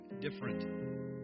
different